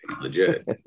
legit